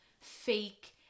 fake